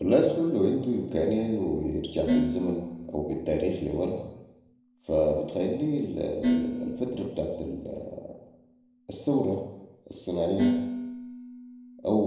والله الزول لو عندو امكانية يرجع بي الزمن او بي التاريخ لي وراء فا بتخيل لي الفتره بتاعت الثورة الصناعية او